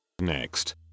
Next